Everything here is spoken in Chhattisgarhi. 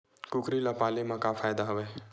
कुकरी ल पाले म का फ़ायदा हवय?